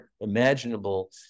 imaginable